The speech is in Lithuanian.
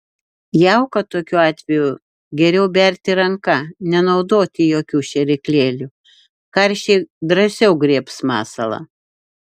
jauką tokiu atveju geriau berti ranka nenaudoti jokių šėryklėlių karšiai drąsiau griebs masalą